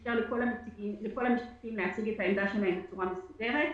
ונתנה לכל המשתתפים להציג את העמדה שלהם בצורה מסודרת.